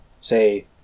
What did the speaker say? Say